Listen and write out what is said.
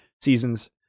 seasons